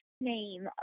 name